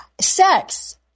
sex